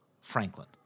Franklin